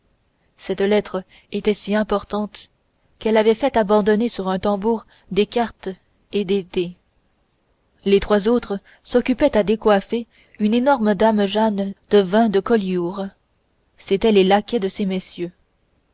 cette lettre était si importante qu'elle avait fait abandonner sur un tambour des cartes et des dés les trois autres s'occupaient à décoiffer une énorme dame jeanne de vin de collioure c'étaient les laquais de ces messieurs